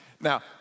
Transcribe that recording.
Now